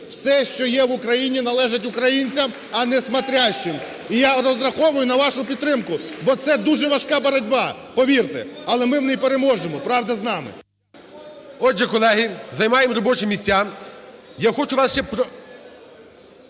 Все, що є в Україні, належить українцям, а не "смотрящим". І я розраховую на вашу підтримку, бо це дуже важка боротьба, повірте. Але ми в ній переможемо, правда з нами. ГОЛОВУЮЧИЙ. Отже, колеги, займаємо робочі місця.